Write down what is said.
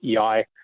EI